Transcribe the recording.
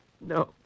No